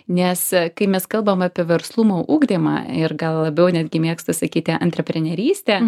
nes kai mes kalbam apie verslumo ugdymą ir gal labiau netgi mėgstu sakyti antreprenerystę